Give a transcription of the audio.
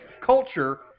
culture